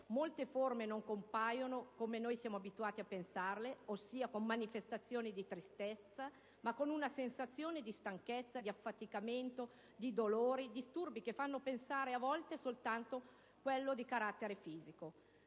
Molte forme non compaiono come noi siamo abituate a pensarle, ossia con manifestazioni di tristezza, ma con una sensazione di stanchezza, di affaticamento, di dolori, disturbi che fanno pensare, a volte, soltanto a qualcosa di carattere fisico.